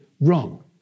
wrong